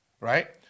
right